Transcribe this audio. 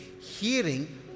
Hearing